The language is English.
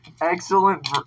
Excellent